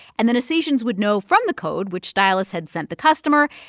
and then essations would know from the code which stylist had sent the customer,